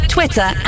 Twitter